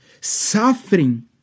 Suffering